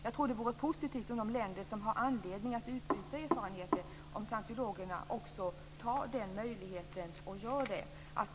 Jag tror att det vore positivt om de länder som har anledning att utbyta erfarenheter om scientologerna också tar till vara den möjligheten och gör det.